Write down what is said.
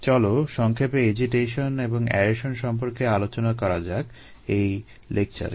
চলো সংক্ষেপে এজিটেশন এবং অ্যারেশন সম্পর্কে আলোচনা করা যাক এই লেকচারে